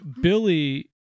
Billy